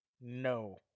No